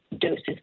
doses